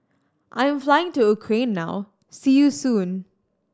I am flying to Ukraine now see you soon